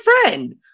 friend